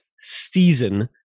season